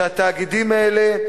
שהתאגידים האלה,